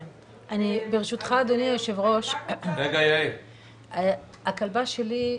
ברשותך אדוני היו"ר, הכלבה שלי,